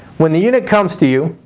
when the unit comes to you,